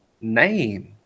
name